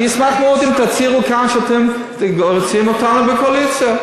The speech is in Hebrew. אני אשמח מאוד אם תצהירו כאן שאתם רוצים אותנו בקואליציה.